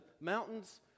mountains